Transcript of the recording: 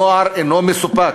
הנוער אינו מסופק.